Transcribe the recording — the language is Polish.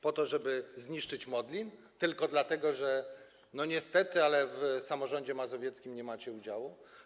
Po to, żeby zniszczyć Modlin, i to tylko dlatego, że niestety w samorządzie mazowieckim nie macie udziału?